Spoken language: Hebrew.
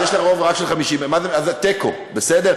אז יש להם רוב רק של 50, אז זה תיקו, בסדר?